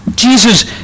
Jesus